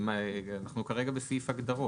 וכרגע אנחנו בסעיף הגדרות.